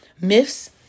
myths